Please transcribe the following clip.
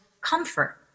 comfort